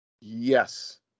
Yes